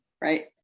right